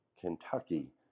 Kentucky